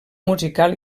musical